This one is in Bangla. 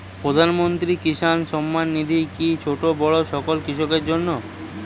প্রধানমন্ত্রী কিষান সম্মান নিধি কি ছোটো বড়ো সকল কৃষকের জন্য?